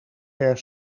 per